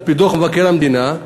על-פי דוח מבקר המדינה?